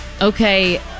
Okay